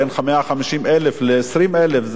בין 15,000 ל-20,000,